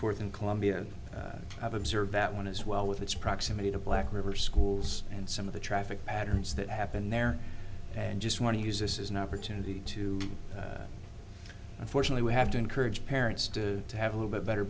fourth and columbia have observed that one as well with its proximity to black river schools and some of the traffic patterns that happened there and just want to use this is an opportunity to unfortunately we have to encourage parents to have a little bit better